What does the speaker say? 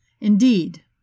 Indeed